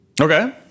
Okay